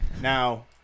Now